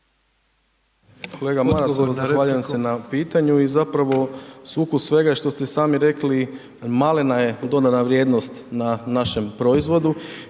Kolega Maras, zahvaljujem se na pitanju i zapravo sukus svega je što ste i sami rekli, malena je dodana vrijednost na našem proizvodu